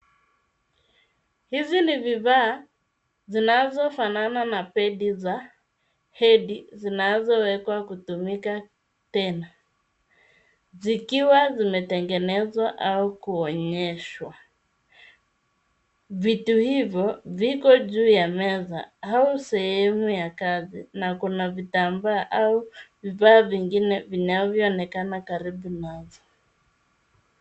Hizi ni vifaa zinazofanana na pedi za hedi zinazowekwa kutumika tena zikiwa zimetengenezwa au kuonyeshwa vitu hivo viko juu ya meza au sehemu ya kazi na kuna vitambaa au vifaa vingine vinavyoonekana karibu nazo.